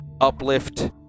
Uplift